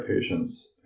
patients